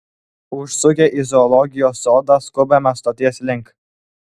užsukę į zoologijos sodą skubame stoties link